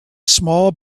small